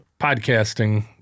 podcasting